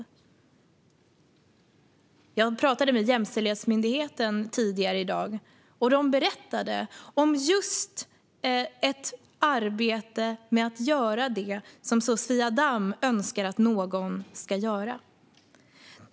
Tidigare i dag pratade jag med Jämställdhetsmyndigheten, som berättade om sitt arbete med att göra just det som Sofia Damm önskar att någon ska göra.